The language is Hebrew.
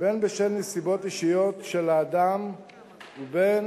בין בשל נסיבות אישיות של האדם ובין